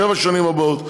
לשבע השנים הבאות,